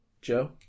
Joe